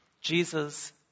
Jesus